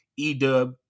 Edub